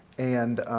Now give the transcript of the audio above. and